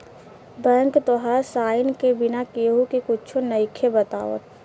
bank तोहार sign के बिना केहु के कुच्छो नइखे बतावत